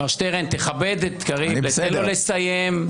מר שטרן, תכבד את קריב ותן לו לסיים.